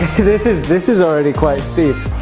this is this is already quite steep!